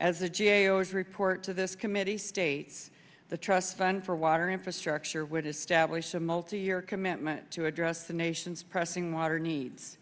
as a g a o as report to this committee states the trust fund for water infrastructure would stablished a multi year commitment to address the nation's pressing water needs